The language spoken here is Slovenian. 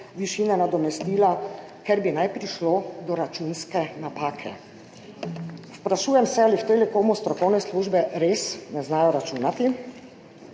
višine nadomestila, ker naj bi prišlo do računske napake. Sprašujem se, ali v Telekomu strokovne službe res ne znajo računati.